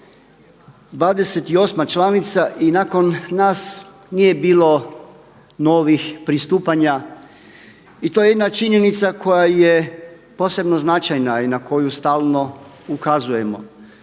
28.-ma članica i nakon nas nije bilo novih pristupanja. I to je jedna činjenica koja je posebno značajna i na koju stalno ukazujemo.